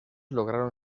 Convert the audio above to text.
lograron